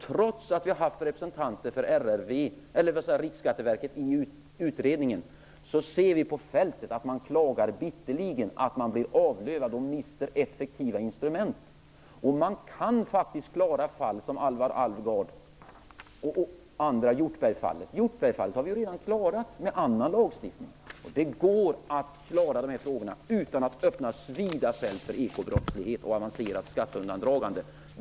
Trots att vi har haft representanter för Riksskatteverket med i utredningen hör vi hur man på fältet bitterligen klagar över att man blir avlövad och mister effektiva instrument. Man kan faktiskt klara av fall som Halvar Alvgard och Hjortbergfallet. Hjortbergfallet har vi redan klarat med annan lagstiftning. Det går att lösa dessa problem utan att det öppnas vida fält för ekobrottslighet och avancerat skatteundandragande.